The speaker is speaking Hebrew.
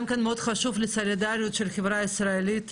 מאוד חשוב לסולידריות של החברה הישראלית,